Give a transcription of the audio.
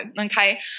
Okay